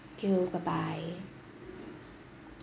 thank you bye bye